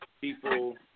people